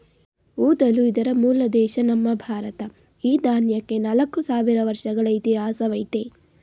ಊದಲು ಇದರ ಮೂಲ ದೇಶ ನಮ್ಮ ಭಾರತ ಈ ದಾನ್ಯಕ್ಕೆ ನಾಲ್ಕು ಸಾವಿರ ವರ್ಷಗಳ ಇತಿಹಾಸವಯ್ತೆ